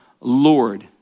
Lord